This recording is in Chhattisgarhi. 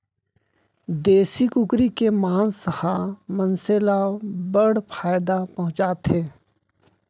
देसी कुकरी के मांस ह मनसे ल बड़ फायदा पहुंचाथे